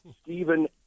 Stephen